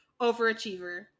overachiever